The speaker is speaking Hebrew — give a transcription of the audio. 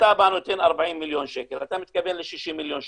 כשאתה בא ונותן 40 מיליון שקל אתה מתכוון ל-60 מיליון שקל.